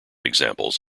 examples